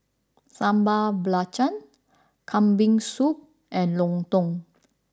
Sambal Belacan Kambing Soup and Lontong